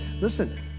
listen